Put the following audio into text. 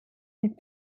une